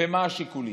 ומה השיקולים.